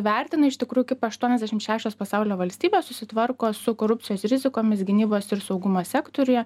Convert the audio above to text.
vertina iš tikrųjų kaip aštuoniasdešim šešios pasaulio valstybės susitvarko su korupcijos rizikomis gynybos ir saugumo sektoriuje